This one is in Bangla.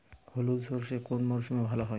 হলুদ সর্ষে কোন মরশুমে ভালো হবে?